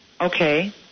okay